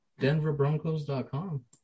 denverbroncos.com